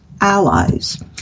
Allies